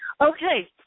okay